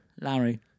Larry